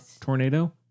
tornado